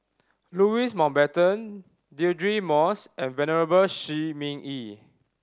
Louis Mountbatten Deirdre Moss and Venerable Shi Ming Yi